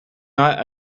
not